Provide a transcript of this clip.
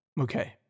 Okay